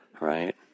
right